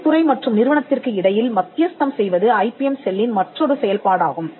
தொழில்துறை மற்றும் நிறுவனத்திற்கு இடையில் மத்தியஸ்தம் செய்வது ஐபிஎம் செல்லின் மற்றொரு செயல்பாடாகும்